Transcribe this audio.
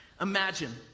Imagine